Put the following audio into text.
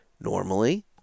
Normally